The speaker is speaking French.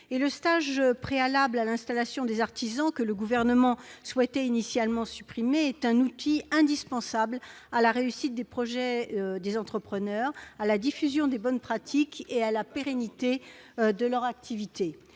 le stage préalable à l'installation des artisans, que le Gouvernement souhaitait initialement supprimer, est un outil indispensable à la réussite des projets des entrepreneurs, à la diffusion des bonnes pratiques et à la pérennité de l'activité.